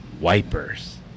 wipers